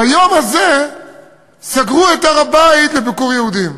ביום הזה סגרו את הר-הבית לביקור יהודים.